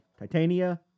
Titania